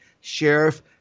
sheriff